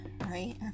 right